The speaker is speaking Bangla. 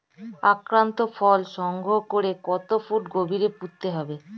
আক্রান্ত ফল সংগ্রহ করে কত ফুট গভীরে পুঁততে হবে?